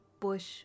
bush